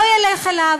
הוא לא ילך אליו.